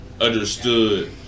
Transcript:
understood